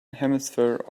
hemisphere